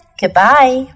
goodbye